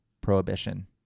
Prohibition